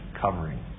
covering